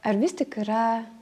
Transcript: ar vis tik yra